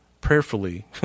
Prayerfully